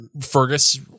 Fergus